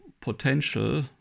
potential